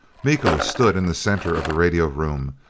miko stood in the center of the radio room,